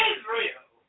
Israel